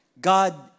God